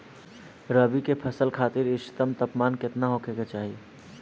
रबी क फसल खातिर इष्टतम तापमान केतना होखे के चाही?